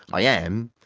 i am,